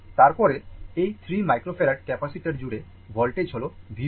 তারপরে এই 3 microfarad capacitor জুড়ে voltage হল V 4